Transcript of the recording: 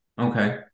Okay